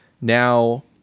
Now